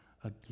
again